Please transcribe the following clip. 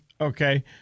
okay